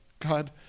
God